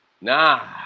nah